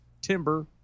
timber